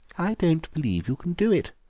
i don't believe you can do it,